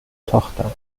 tochter